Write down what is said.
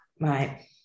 Right